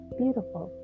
beautiful